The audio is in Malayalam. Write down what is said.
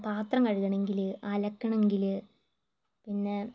പാത്രം കഴുകണമെങ്കിൽ അലക്കണമെങ്കിൽ പിന്നെ